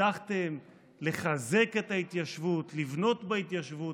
הבטחתם לחזק את ההתיישבות, לבנות בהתיישבות,